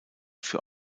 für